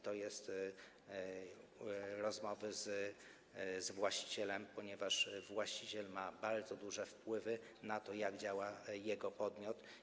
Prowadzone są rozmowy z właścicielem, ponieważ właściciel ma bardzo duży wpływ na to, jak działa jego podmiot.